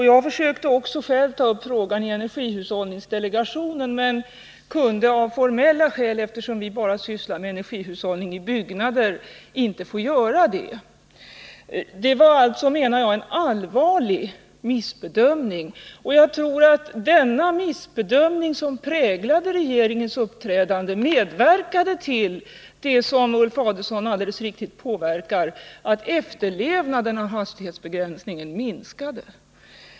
Jag försökte också själv ta upp frågan i energihushållningsdelegationen, men fick av formella skäl inte göra det, eftersom vi bara sysslar med energihushållning i byggnader. Det var alltså, menar jag, en allvarlig missbedömning att avskaffa hastighetsbegränsningen. Jag tror att denna missbedömning, som präglade regeringens uppträdande, medverkade till att — som Ulf Adelsohn alldeles riktigt påpekar — efterlevnaden av hastighetsbegränsningen minskade.